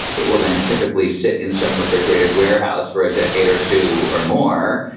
it will then typically sit in seven refrigerated warehouse for a decade or two or more.